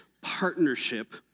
partnership